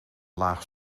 laag